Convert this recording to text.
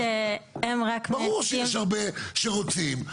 ברור שיש הרבה שרוצים.